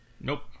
Nope